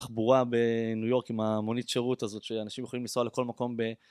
תחבורה בניו יורק עם המונית שירות הזאת שאנשים יכולים לנסוע לכל מקום ב